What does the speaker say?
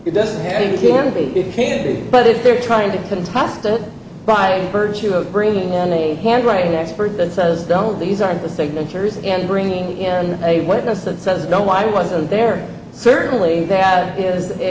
it doesn't have to can be candid but if they're trying to contest it by virtue of bringing in a handwriting expert that says don't these aren't the signatures and bringing in a witness that says no i wasn't there certainly that is